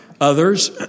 others